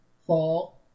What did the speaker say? fall